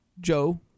Joe